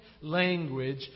language